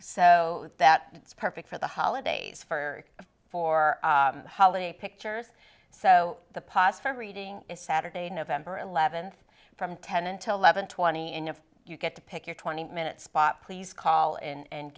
so that it's perfect for the holidays for for the holiday pictures so the pos for reading is saturday november eleventh from ten until eleven twenty in if you get to pick your twenty minute spot please call